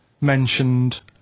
mentioned